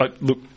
look